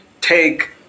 take